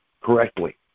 correctly